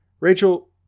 Rachel